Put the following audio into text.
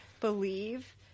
believe